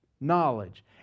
knowledge